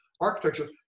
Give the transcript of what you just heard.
architecture